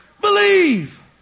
Believe